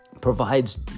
provides